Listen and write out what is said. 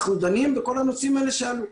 אנחנו דנים בכל הנושאים האלה שעלו.